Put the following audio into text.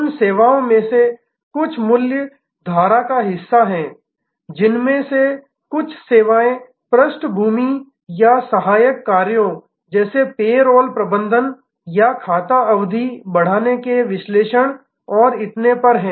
उन सेवाओं में से कुछ मुख्य मूल्य धारा का हिस्सा हैं जिनमें से कुछ सेवाएं पृष्ठभूमि या सहायक कार्यों जैसे पेरोल प्रबंधन या खाता अवधि बढ़ने के विश्लेषण और इतने पर हैं